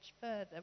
further